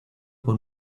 con